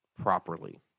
properly